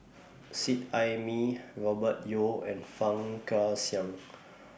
Seet Ai Mee Robert Yeo and Fang